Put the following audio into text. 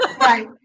Right